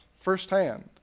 firsthand